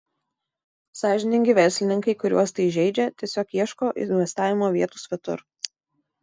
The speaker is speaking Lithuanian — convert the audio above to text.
sąžiningi verslininkai kuriuos tai žeidžia tiesiog ieško investavimo vietų svetur